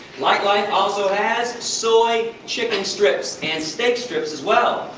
lightlife also has soy chicken strips and steak strips, as well.